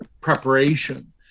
preparation